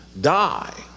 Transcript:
die